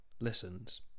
listens